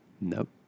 nope